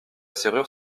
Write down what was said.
serrure